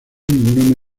ninguna